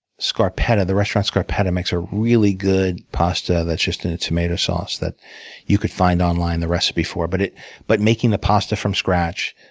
scarpeta, the restaurant scarpeta makes a really good pasta that's just in a tomato sauce that you could find online the recipe for. but but making the pasta from scratch,